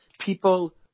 people